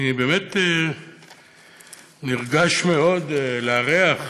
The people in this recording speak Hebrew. אני באמת נרגש מאוד לארח,